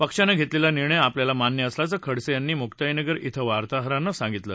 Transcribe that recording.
पक्षानं घेतलेला निर्णय आपल्याला मान्य असल्याचं खडसे यांनी मुकाईनगर इथं वार्ताहरांना सांगितलं